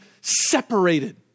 separated